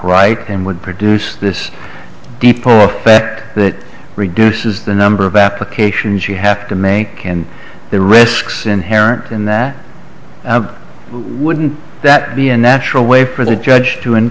right and would produce this deep or beck that reduces the number of applications you have to make and the risks inherent in that wouldn't that be a natural way for the judge to